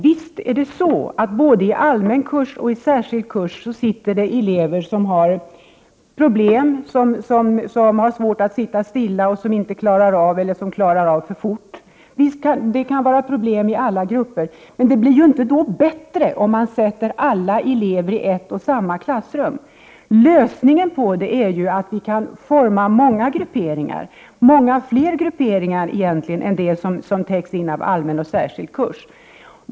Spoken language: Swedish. Visst sitter elever både i grupper som har allmän kurs och i grupper som har särskild kurs och har problem. Några har svårt att sitta stilla. Några har svårt att klara uppgifterna och andra klarar av sina uppgifter alltför fort. Detta kan vara problem i alla grupper, men det problemet blir inte mindre om man sätter alla elever i ett och samma klassrum. Lösningen är att forma många grupperingar — många fler än dem som täcks av allmän och särskild kurs.